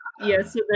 yes